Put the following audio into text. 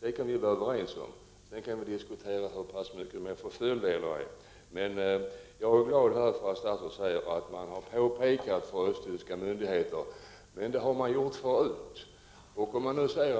detta inte skett. Det kan vi vara överens om. Sedan kan vi diskutera i vilken grad de är förföljda eller ej. Jag är glad över att statsrådet här säger att man påpekat för östtyska myndigheter att visering krävs. Men det har man också gjort förut.